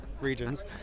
regions